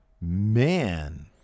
Man